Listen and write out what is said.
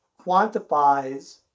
quantifies